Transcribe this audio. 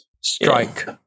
strike